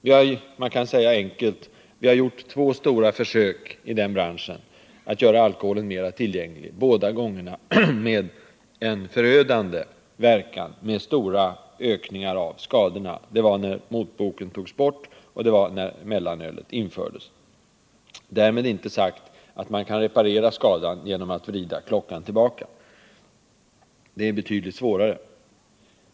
Enkelt uttryckt: vi har gjort två stora försök att göra alkoholen mer tillgänglig, och båda gångerna har verkningarna blivit förödande med stora ökningar av skadorna. Det ena försöket gjordes när motboken togs bort och det andra när mellanölet infördes. Därmed är det inte sagt att man kan reparera skadan genom att vrida klockan tillbaka. Det är betydligt svårare.